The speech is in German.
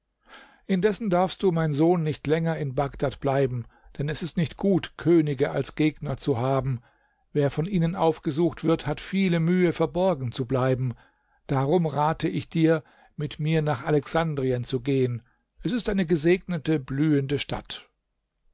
indessen darfst du mein sohn nicht länger in bagdad bleiben denn es ist nicht gut könige als gegner zu haben wer von ihnen aufgesucht wird hat viele mühe verborgen zu bleiben darum rate ich dir mit mir nach alexandrien zu gehen es ist eine gesegnete blühende stadt